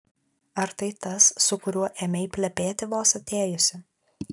ar tai tas su kuriuo ėmei plepėti vos atėjusi